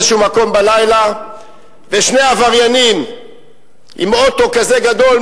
מקום בלילה ושני עבריינים עם אוטו כזה גדול,